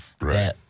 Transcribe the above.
right